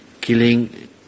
killing